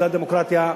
זו הדמוקרטיה.